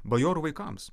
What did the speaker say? bajorų vaikams